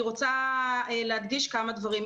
אני רוצה להדגיש כמה דברים.